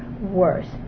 worse